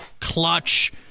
clutch